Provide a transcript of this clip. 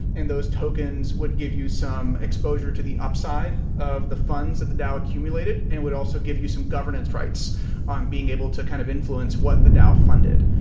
and those tokens would give you some exposure to the upside of the funds that the dao accumulated and would also give you some governance rights on being able to kind of influence what the dao funded.